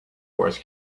wars